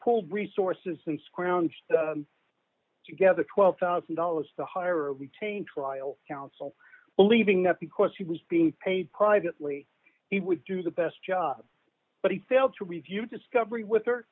pulled resources and square around together twelve thousand dollars to hire retain trial counsel believing that because he was being paid privately he would do the best job but he failed to review discovery with her